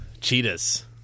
cheetahs